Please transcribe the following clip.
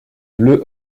bleu